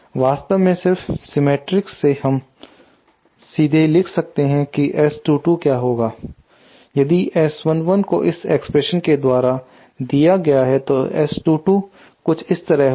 वास्तव में सिर्फ सीमेट्रिक से हम सीधे लिख सकते हैं किS22 क्या होगा यदि S11 को इस एक्सप्रेशन के द्वारा दिया गया है तो S22 कुछ इस तरह होगा